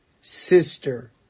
sister